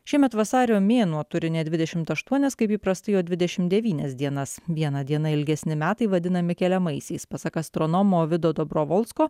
šiemet vasario mėnuo turi ne dvidešimt aštuonias kaip įprastai o dvidešimt devynias dienas viena diena ilgesni metai vadinami keliamaisiais pasak astronomo vido dobrovolsko